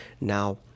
Now